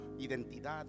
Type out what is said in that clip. identidad